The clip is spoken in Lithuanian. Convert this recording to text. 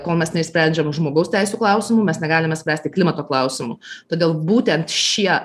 kol mes neišsprendžiam žmogaus teisių klausimų mes negalime spręsti klimato klausimų todėl būtent šie